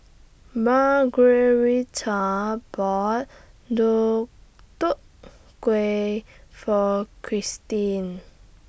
Margueritta bought Deodeok Gui For Kristin